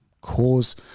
cause